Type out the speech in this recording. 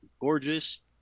gorgeous